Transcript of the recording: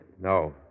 No